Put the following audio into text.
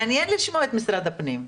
מעניין לשמוע את משרד הפנים.